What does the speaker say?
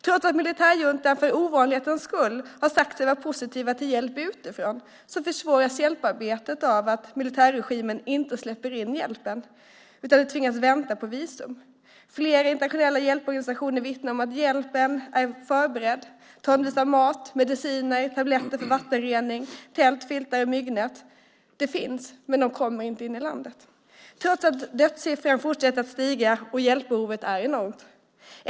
Trots att militärjuntan för ovanlighetens skull har sagt sig vara positiv till hjälp utifrån försvåras hjälparbetet av att militärregimen inte släpper in hjälpen utan hjälparbetarna tvingas vänta på visum. Flera internationella hjälporganisationer vittnar om att hjälpen är förberedd. Tonvis med mat, mediciner, tabletter för vattenrening, tält, filtar och myggnät finns men kommer inte in i landet, trots att siffrorna över antalet döda fortsätter att stiga och hjälpbehovet är enormt.